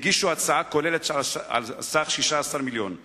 והגיש הצעה כוללת על סך 16 מיליון שקל.